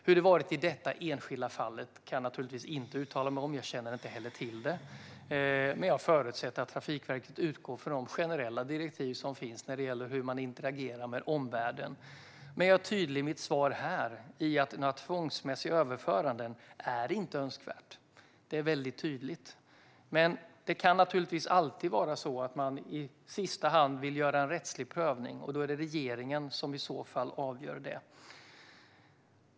Hur det har varit i detta enskilda fall kan jag naturligtvis inte uttala mig om - och jag känner inte heller till det - men jag förutsätter att Trafikverket utgår från de generella direktiv som finns när det gäller hur man interagerar med omvärlden. I mitt svar här är jag tydlig med att det inte är önskvärt med tvångsmässiga överföranden. Detta är väldigt tydligt. Det kan dock naturligtvis alltid vara så att man i sista hand vill göra en rättslig prövning, och det är regeringen som i så fall avgör det.